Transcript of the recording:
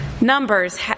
Numbers